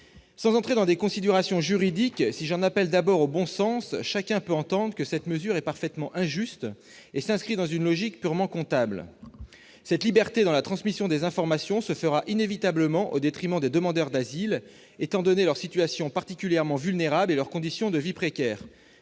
Sans entrer dans des considérations juridiques, si j'en appelle d'abord au bon sens, chacun peut entendre que cette mesure est parfaitement injuste et s'inscrit dans une logique purement comptable. Cette liberté dans la transmission des informations se fera inévitablement au détriment des demandeurs d'asile, étant donné leur situation particulièrement vulnérable et leurs conditions de vie précaires,